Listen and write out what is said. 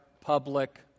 public